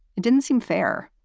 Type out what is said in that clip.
it didn't seem fair.